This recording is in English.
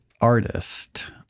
artist